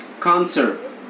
cancer